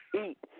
eat